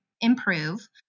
improve